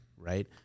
Right